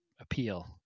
appeal